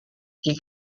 die